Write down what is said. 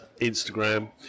Instagram